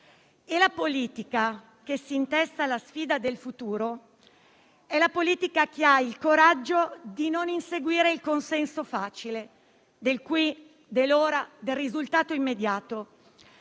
e la politica che si intesta la sfida del futuro è la politica che ha il coraggio di non inseguire il consenso facile: del qui e ora e del risultato immediato.